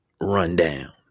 rundown